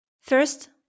First